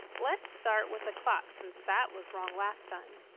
let's start with the clock since that was wrong last time.